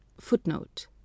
Footnote